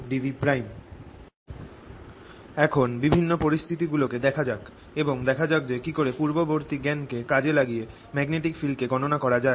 3dV এখন বিভিন্ন পরিস্থিতি গুলো কে দেখা যাক এবং দেখা যাক যে কিকরে পূর্ববর্তী জ্ঞান কে কাজ এ লাগিয়ে ম্যাগনেটিক ফিল্ড কে গণনা করা যায়